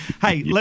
Hey